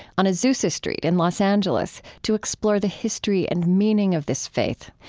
on azusa street in los angeles, to explore the history and meaning of this faith.